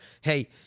hey